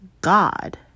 God